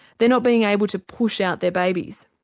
they are not being able to push out their babies.